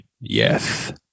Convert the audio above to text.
Yes